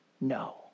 No